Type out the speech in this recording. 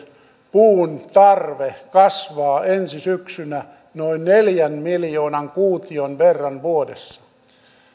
puuntarve kasvaa ensi syksynä noin neljän miljoo nan kuution verran vuodessa